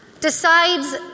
decides